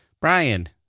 Brian